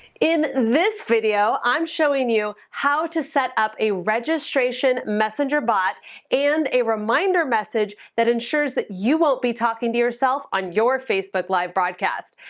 in this video, i'm showing you how to set up a registration messenger bot and a reminder message that ensures that you won't be talking to yourself on your facebook live broadcasts.